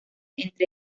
entre